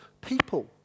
people